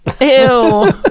Ew